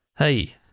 hey